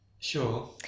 Sure